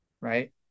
Right